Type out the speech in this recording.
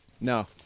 No